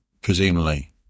presumably